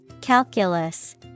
Calculus